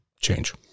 change